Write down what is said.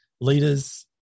leaders